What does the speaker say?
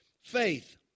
Faith